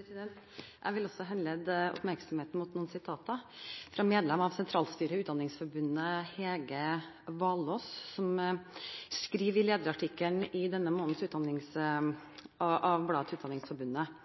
Jeg vil også henlede oppmerksomheten på noen sitater fra medlem av sentralstyret i Utdanningsforbundet Hege Valås, som skriver i lederartikkelen i denne månedens utgave av Utdanningsforbundets blad